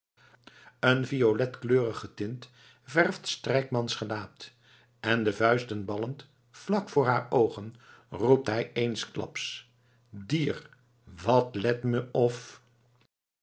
een violetkleurige tint verft strijkmans gelaat en de vuisten ballend vlak voor haar oogen roept hij eensklaps dier wat let me of